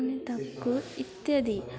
ଆମେ ତାକୁ ଇତ୍ୟାଦି